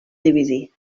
dividir